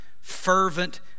fervent